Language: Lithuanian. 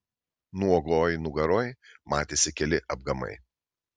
nuogoj nugaroj matėsi keli apgamai